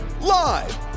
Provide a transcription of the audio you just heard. live